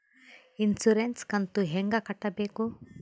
Insurance ಕಂತು ಹೆಂಗ ಕಟ್ಟಬೇಕು?